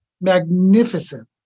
magnificent